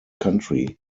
country